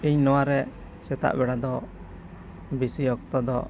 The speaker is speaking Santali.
ᱤᱧ ᱱᱚᱣᱟ ᱨᱮ ᱥᱮᱛᱟᱜ ᱵᱮᱲᱟ ᱫᱚ ᱵᱤᱥᱤ ᱚᱠᱛᱚ ᱫᱚ